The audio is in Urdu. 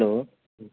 ہلو